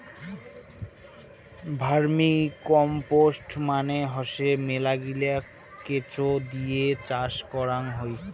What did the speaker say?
vermicompost মানে হসে মেলাগিলা কেঁচো দিয়ে চাষ করাং হই